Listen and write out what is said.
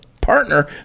partner